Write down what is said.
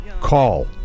Call